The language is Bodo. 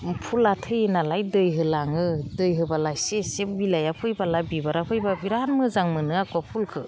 फुला थैयो नालाय दै होलाङो दै होबोला एसे एसे बिलाइआ फैबोला बिबारा फैब्ला बिराद मोजां मोनो आक' फुलखो